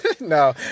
No